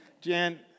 Jan